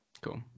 Cool